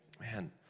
Man